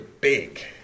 big